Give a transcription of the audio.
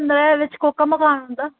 में बिच्च कोह्का मकान तुं'दा